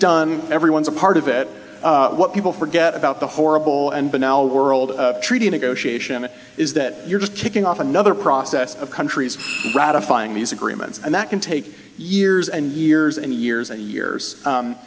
done everyone's a part of it what people forget about the horrible and but now world treaty negotiation is that you're just kicking off another process of countries ratifying music agreements and that can take years and years and years and years